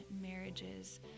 marriages